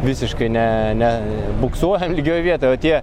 visiškai ne ne buksuojam lygioj vietoj o tie